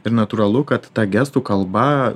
ir natūralu kad ta gestų kalba